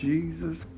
Jesus